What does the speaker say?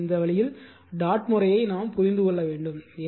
எனவே இந்த வழியில் டாட் முறையை புரிந்து கொள்ள வேண்டும்